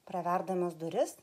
praverdamas duris